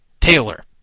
Taylor